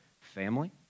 family